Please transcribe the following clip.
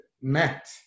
met